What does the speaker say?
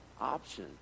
option